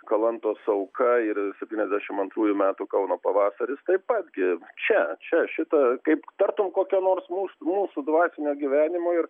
kalantos auka ir septyniasdešimt antrųjų metų kauno pavasaris taip pat gi čia čia šito kaip tartum kokio nors mūs mūsų dvasinio gyvenimo ir